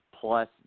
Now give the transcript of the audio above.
plus